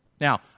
Now